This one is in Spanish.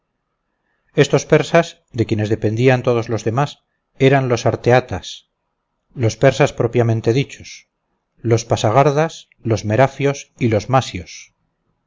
estos persas de quienes dependían todos los demás eran los arteatas los persas propiamente dichos los pasagardas los merafios y los masios